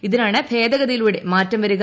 ഇതിനാണ് ഭേദഗതിയിലൂടെ മാറ്റം വരിക